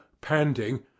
panting